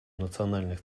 национальных